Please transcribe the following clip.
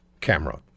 camera